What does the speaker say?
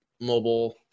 mobile